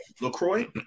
Lacroix